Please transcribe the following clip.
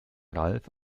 ralf